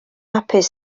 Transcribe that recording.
hapus